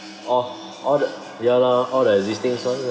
orh all the ya lor all the existing ones